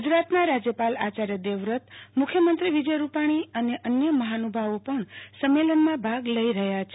ગુજરાતના રાજયપાલ આચાર્ય દેવવ્રત મુખ્યમંત્રી વિજય રૂપાણી અને અન્ય મહાનુભાવો પણ સંમેલનમાં ભાગ લઈ રહ્યા છે